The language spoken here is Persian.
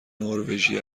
نروژی